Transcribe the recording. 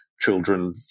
Children